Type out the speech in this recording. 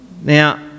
Now